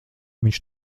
viņš